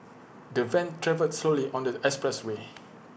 the van travelled slowly on the expressway